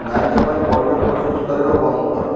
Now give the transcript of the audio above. ନାଇକା ପାଇଁ ପଇଠ ପ୍ରସେସ୍ କରିବା ବନ୍ଦ କର